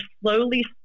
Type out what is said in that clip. slowly